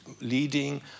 leading